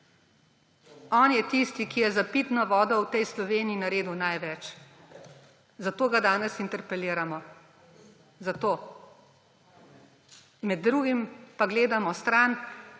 On je tisti, ki je za pitno vodo v tej Sloveniji naredil največ, zato ga danes interpeliramo. Zato! Med drugim pa gledamo stran,